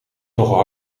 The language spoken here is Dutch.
nogal